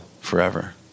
forever